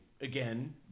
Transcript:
again